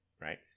right